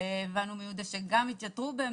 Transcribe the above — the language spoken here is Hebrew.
הבנו מיהודה שהתייתרו.